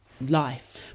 life